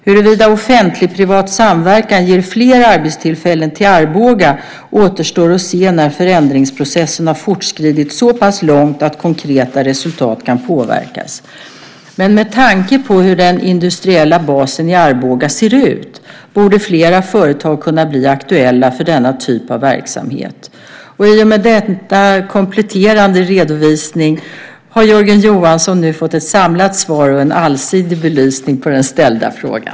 Huruvida offentlig-privat samverkan ger flera arbetstillfällen till Arboga återstår att se när förändringsprocessen har fortskridit så pass långt att konkreta resultat kan påvisas, men med tanke på hur den industriella basen i Arboga ser ut borde flera företag kunna bli aktuella för denna typ av verksamhet. I och med denna kompletterande redovisning har Jörgen Johansson nu fått ett samlat svar och en allsidig belysning på den ställda frågan.